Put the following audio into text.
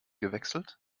gewechselt